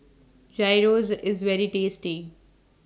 Gyros IS very tasty